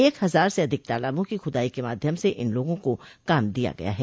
एक हजार से अधिक तालाबों की खुदाई के माध्यम से इन लोगों को काम दिया गया है